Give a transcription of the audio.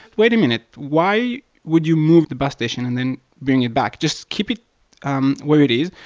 wait a minute, why would you move the bus station and then bring it back? just keep it um where it is.